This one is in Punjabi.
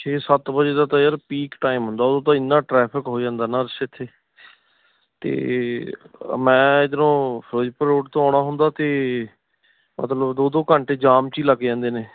ਛੇ ਸੱਤ ਵਜੇ ਦਾ ਤਾਂ ਯਾਰ ਪੀਕ ਟਾਈਮ ਹੁੰਦਾ ਉਦੋਂ ਤਾਂ ਇੰਨਾ ਟਰੈਫਿਕ ਹੋ ਜਾਂਦਾ ਰਸ਼ ਇੱਥੇ ਅਤੇ ਮੈਂ ਇਧਰੋਂ ਫਿਰੋਜ਼ਪੁਰ ਰੋਡ ਤੋਂ ਆਉਣਾ ਹੁੰਦਾ ਅਤੇ ਮਤਲਬ ਦੋ ਦੋ ਘੰਟੇ ਜਾਮ 'ਚ ਹੀ ਲੱਗ ਜਾਂਦੇ ਨੇ